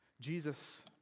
Jesus